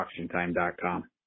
AuctionTime.com